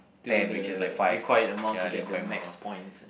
to the required amount to get the max points